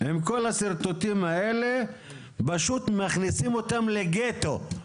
עם כל השרטוטים האלה, פשוט מכניסים אותם לגטו.